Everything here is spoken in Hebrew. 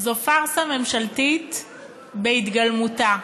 זו פארסה ממשלתית בהתגלמותה.